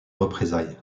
représailles